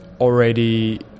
already